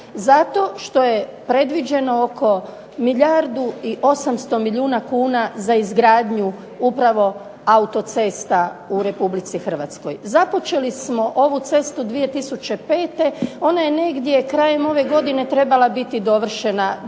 Zato što je predviđeno oko milijardu i 800 milijuna kuna za izgradnju upravo autocesta u Republici Hrvatskoj. Započeli smo ovu cestu 2005. Ona je negdje krajem ove godine trebala biti dovršena do